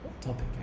topic